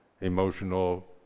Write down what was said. emotional